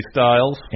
Styles